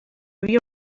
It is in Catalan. havia